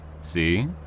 See